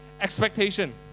expectation